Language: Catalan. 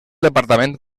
departament